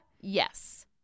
Yes